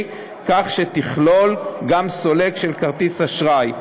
כך שתכלול גם סולק של כרטיס אשראי.